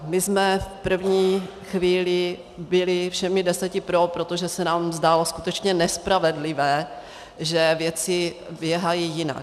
My jsme v první chvíli byli všemi deseti pro, protože se nám zdálo skutečně nespravedlivé, že věci běhají jinak.